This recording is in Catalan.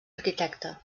arquitecte